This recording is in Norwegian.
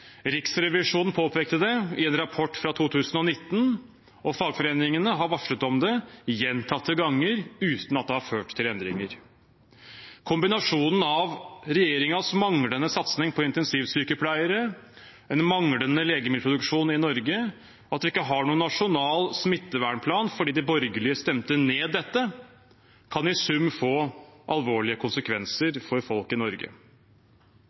Riksrevisjonen påpekte det i en rapport fra 2019, og fagforeningene har varslet om det gjentatte ganger uten at det har ført til endringer. Kombinasjonen av regjeringens manglende satsing på intensivsykepleiere, den manglende legemiddelproduksjonen i Norge og at vi ikke har noen nasjonal smittevernplan fordi de borgerlige stemte ned dette, kan i sum få alvorlige konsekvenser for folk i Norge.